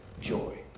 joy